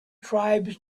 tribes